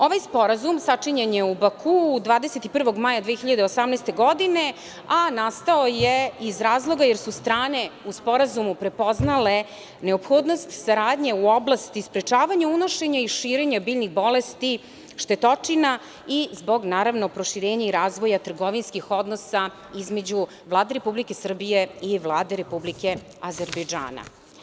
Ovaj sporazum sačinjen je u Bakuu 21. maja 2018. godine, a nastao je iz razloga jer su strane u sporazumu prepoznale neophodnost saradnje u oblasti sprečavanja unošenja i širenja biljnih bolesti, štetočina i zbog naravno proširenja i razvoja trgovinskih odnosa između Vlade Republike Srbije i Vlade Republike Azerbejdžana.